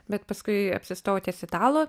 bet paskui apsistojau ties italų